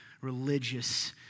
religious